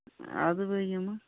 اَدٕ بہٕ یِمہٕ